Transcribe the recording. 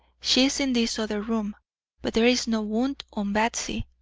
she is in this other room but there is no wound on batsy.